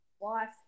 life